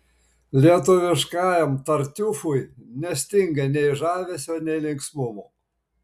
lietuviškajam tartiufui nestinga nei žavesio nei linksmumo